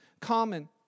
common